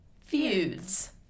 feuds